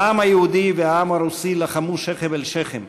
העם היהודי והעם הרוסי לחמו שכם אל שכם,